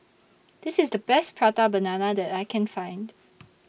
This IS The Best Prata Banana that I Can Find